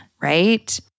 right